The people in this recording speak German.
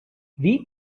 wie